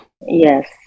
Yes